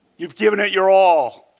you've given it your all.